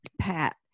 Pat